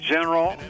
General